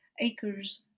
Acres